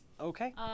Okay